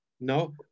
No